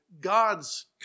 God's